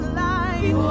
light